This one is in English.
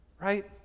Right